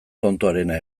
tontoarena